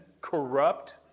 corrupt